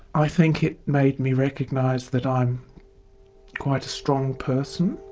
i think it made me recognise that i'm quite a strong person,